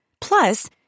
Plus